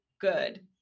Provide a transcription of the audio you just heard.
good